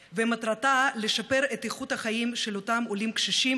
ומטרתה לשפר את איכות החיים של אותם עולים קשישים.